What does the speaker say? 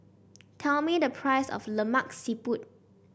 tell me the price of Lemak Siput